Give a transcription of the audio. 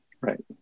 Right